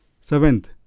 Seventh